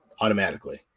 automatically